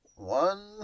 One